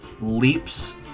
leaps